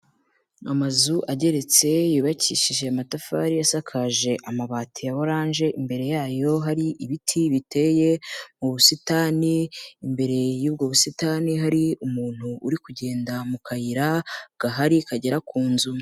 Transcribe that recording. Amazu ageretse yubakishije amatafari, asakaje amabati ya orange, imbere yayo hari ibiti biteye mu busitani, imbere y'ubwo busitani hari umuntu uri kugenda mu kayira gahari kagera ku nzu.